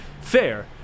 fair